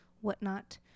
whatnot